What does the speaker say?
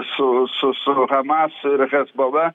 su su su hamas ir hezbola